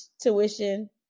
tuition